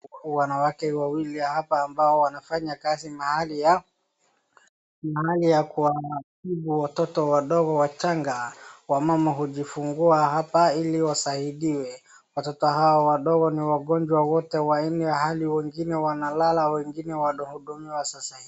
Huku wanawake wawili hapa ambao wanafanya kazi mahali ya kutibu watoto wadogo wachanga, wamama hujifungua hapa ili wasaidiwe. Watoto hawa wadogo ni wagonjwa wote wanne ilhali wengine wanalala, na wengine wanahudumiwa sasa hivi.